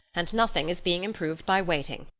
and nothing is being improved by waiting.